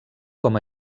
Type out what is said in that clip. com